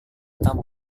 tamu